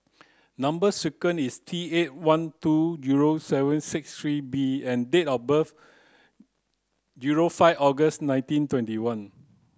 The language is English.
number sequence is T eight one two zero seven six three B and date of birth zero five August nineteen twenty one